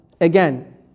Again